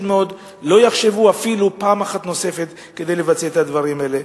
מאוד לא יחשבו אפילו פעם אחת נוספת לבצע את הדברים האלה.